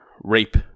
rape